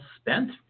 spent